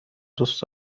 دوست